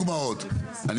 לא פתח תקווה סתם דוגמאות,